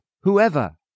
whoever